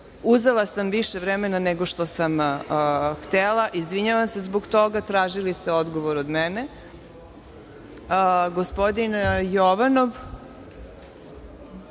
tome. Uzela sam više vremena, nego što sam htela. Izvinjavam se zbog toga. Tražili ste odgovor od mene. Reč